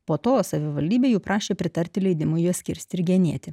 po to savivaldybė jų prašė pritarti leidimui jas kirsti ir genėti